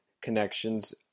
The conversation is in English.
connections